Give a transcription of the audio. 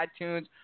iTunes